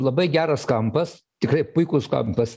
labai geras kampas tikrai puikus kampas